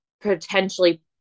potentially